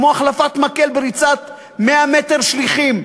כמו החלפת מקל בריצת 100 מטר שליחים.